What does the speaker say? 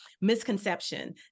misconception